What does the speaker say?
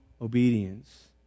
obedience